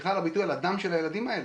סליחה על הביטוי על הדם של הילדים האלה.